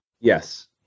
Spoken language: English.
Yes